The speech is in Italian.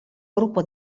gruppo